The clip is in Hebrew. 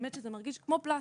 באמת שזה מרגיש כמו פלסטר.